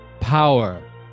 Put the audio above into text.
power